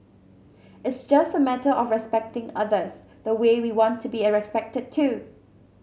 it's just a matter of respecting others the way we want to be respected too